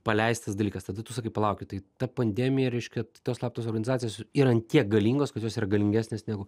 paleistas dalykas tada tu sakai palaukit tai ta pandemija reiškia tos slaptos organizacijos yra ant tiek galingos kad jos yra galingesnės negu